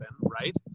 right